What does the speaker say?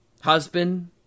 husband